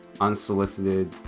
unsolicited